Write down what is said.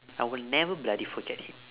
I will never bloody forget him